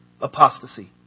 apostasy